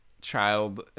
child